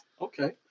Okay